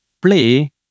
play